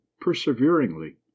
perseveringly